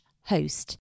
host